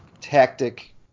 tactic